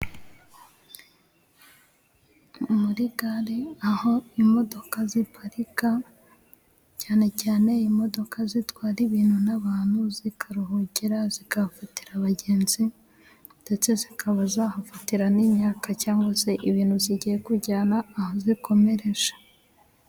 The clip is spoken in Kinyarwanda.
Muri gare aho imodoka ziparika cyane cyane imodoka zitwara ibintu n'abantu zikaharuhukira, zikahafatira abagenzi, ndetse zikaba zahafatira n'imyaka cyangwa se ibintu zigiye kujyana aho zikomereje.